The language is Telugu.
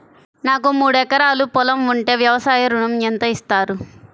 నాకు మూడు ఎకరాలు పొలం ఉంటే వ్యవసాయ ఋణం ఎంత ఇస్తారు?